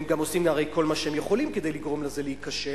הם גם עושים הרי כל מה שהם יכולים כדי לגרום לזה להיכשל,